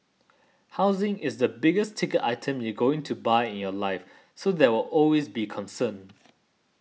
housing is the biggest ticket item you're going to buy in your life so there will always be a concern